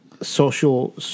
Social